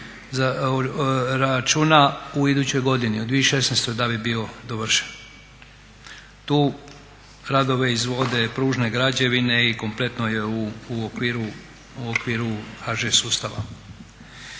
se računa u 2016.godini da bi bio završen. Tu radove izvode Pružne građevine i kompletno je u okviru HŽ sustava.